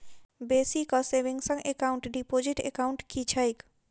Basic savings bank deposit account की छैक?